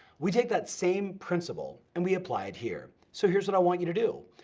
we take that same principle and we apply it here. so here's what i want you to do.